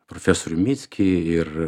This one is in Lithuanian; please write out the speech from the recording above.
profesorių mickį ir